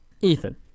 Ethan